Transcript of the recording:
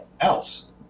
else